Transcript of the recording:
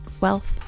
wealth